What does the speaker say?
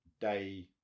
day